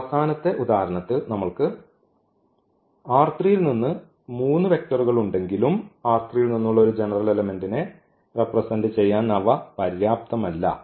ഈ അവസാനത്തെ ഉദാഹരണത്തിൽ നമ്മൾക്ക് ൽ നിന്ന് മൂന്ന് വെക്റ്ററുകൾ ഉണ്ടെങ്കിലും ൽ നിന്നുള്ള ഒരു ജെനെറൽ എലെമെന്റിനെ റെപ്രെസെന്റ് ചെയ്യാൻ അവ പര്യാപ്തമല്ല